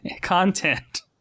content